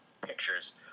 pictures